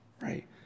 right